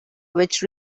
which